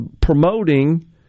promoting